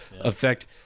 effect